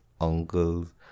uncles